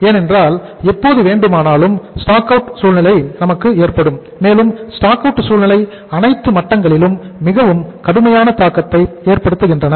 ஏனென்றால் எப்போது வேண்டுமானாலும் ஸ்டாக் அவுட் சூழ்நிலை அனைத்து மட்டங்களிலும் மிகவும் கடுமையான தாக்கத்தை ஏற்படுத்துகின்றன